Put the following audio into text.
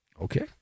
Okay